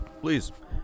Please